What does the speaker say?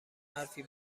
حرفی